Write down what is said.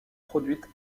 produites